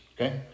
okay